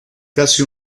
casi